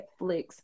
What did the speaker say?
Netflix